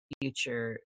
future